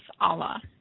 Allah